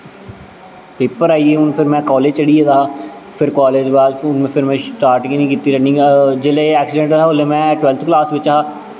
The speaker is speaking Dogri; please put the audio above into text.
पेपर आई गे हून फिर में कालेज़ चली गेदा हा फिर कालेज़ बाद फिर में स्टार्ट गै निं कीती रनिंग जिसलै एह् ऐक्सिडैंट होएआ हा उसलै में टवैल्थ क्लास बिच्च हा